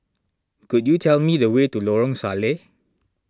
could you tell me the way to Lorong Salleh